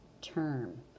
term